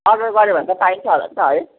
order गर्यो भने त पाइन्छ होला नि त है